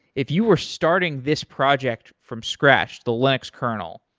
if you were starting this project from scratch, the linux kernel,